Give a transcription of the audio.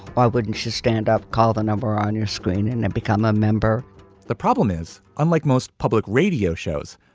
why wouldn't she stand up? call the number on your screen and then and become a member the problem is, unlike most public radio shows,